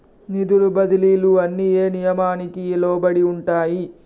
నిధుల బదిలీలు అన్ని ఏ నియామకానికి లోబడి ఉంటాయి?